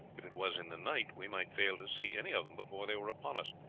if it was in the night, we might fail to see any of them before they were upon us,